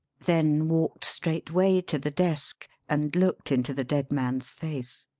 then walked straightway to the desk and looked into the dead man's face.